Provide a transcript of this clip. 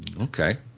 Okay